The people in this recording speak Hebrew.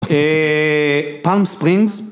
אה, פאלם ספרינגס.